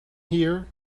here